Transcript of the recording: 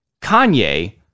Kanye